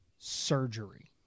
surgery